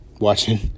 watching